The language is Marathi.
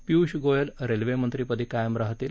पियुष गोयल रेल्वे मंत्रीपदी कायम राहतील